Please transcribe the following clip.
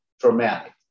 traumatic